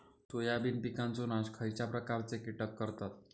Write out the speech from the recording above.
Soybean पिकांचो नाश खयच्या प्रकारचे कीटक करतत?